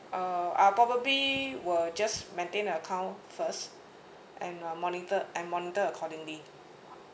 uh I'll probably will just maintain the account first and uh monitor and monitor accordingly